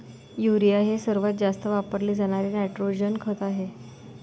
urea हे सर्वात जास्त वापरले जाणारे नायट्रोजन खत आहे